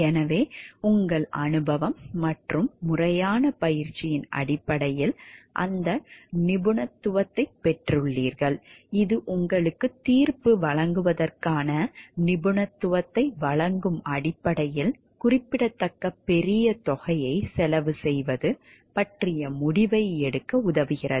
எனவே உங்கள் அனுபவம் மற்றும் முறையான பயிற்சியின் அடிப்படையில் அந்த நிபுணத்துவத்தைப் பெற்றுள்ளீர்கள் இது உங்களுக்குத் தீர்ப்பு வழங்குவதற்கான நிபுணத்துவத்தை வழங்கும் அடிப்படையில் குறிப்பிடத்தக்க பெரிய தொகையை செலவு செய்வது பற்றிய முடிவை எடுக்க உதவுகிறது